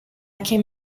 came